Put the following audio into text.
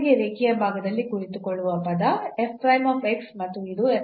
ನೊಂದಿಗೆ ರೇಖೀಯ ಭಾಗದಲ್ಲಿ ಕುಳಿತುಕೊಳ್ಳುವ ಪದ ಮತ್ತು ಇದು